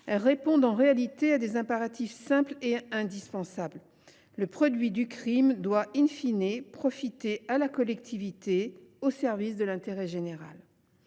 répondent en réalité à des impératifs simples et indispensables. Le produit du crime doit profiter à la collectivité et être mis au service de l’intérêt général.